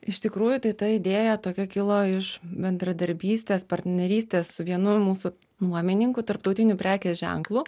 iš tikrųjų tai ta idėja tokia kilo iš bendradarbystės partnerystės su vienu mūsų nuomininku tarptautiniu prekės ženklu